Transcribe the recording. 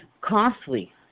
costly